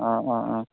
অঁ অঁ অঁ